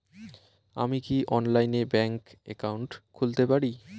আমি কি অনলাইনে ব্যাংক একাউন্ট খুলতে পারি?